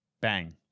Bang